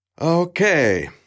Okay